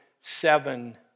seven